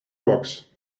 rocks